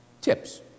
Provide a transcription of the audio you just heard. tips